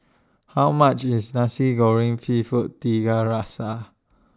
How much IS Nasi Goreng Seafood Tiga Rasa